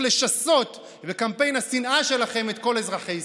לשסות בקמפיין השנאה שלכם את כל אזרחי ישראל.